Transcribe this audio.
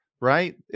Right